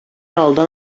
алдан